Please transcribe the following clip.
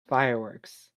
fireworks